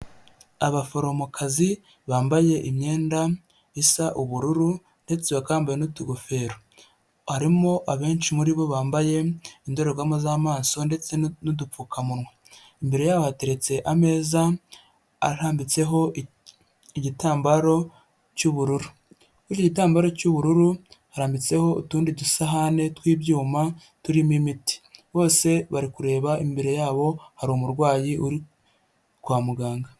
Abaforomokazi bambaye imyenda isa ubururu, ndetse bakaba bambaye n'utugofero. Harimo abenshi muri bo bambaye indorerwamo z'amaso, ndetse n'udupfukamunwa. Imbere yaho hateretse ameza arambitseho igitambaro cy'ubururu. Kuri icyo gitambaro cy'ubururu, harambitseho utundi dusahane tw'ibyuma, turimo imiti. Bose bari kureba imbere yabo hari umurwayi uri kwa muganga.